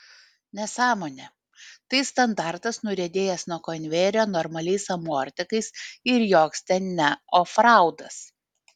nesąmonė tai standartas nuriedėjęs nuo konvejerio normaliais amortikais ir joks ten ne ofraudas